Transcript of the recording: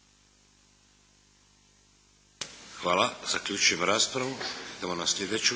Hvala. Zaključujem raspravu.